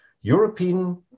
European